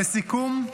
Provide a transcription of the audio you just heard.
לסיכום,